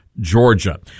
Georgia